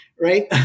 Right